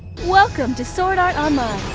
welcome to sword art um ah